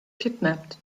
kidnapped